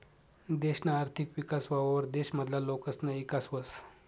देशना आर्थिक विकास व्हवावर देश मधला लोकसना ईकास व्हस